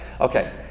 Okay